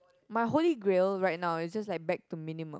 my holy grail right now is just like back to minimum